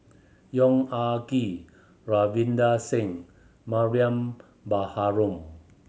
Yong Ah Kee Ravinder Singh Mariam Baharom